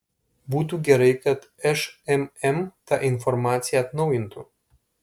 būtų gerai kad šmm tą informaciją atnaujintų